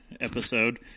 episode